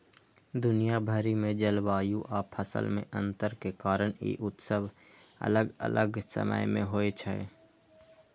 दुनिया भरि मे जलवायु आ फसल मे अंतर के कारण ई उत्सव अलग अलग समय मे होइ छै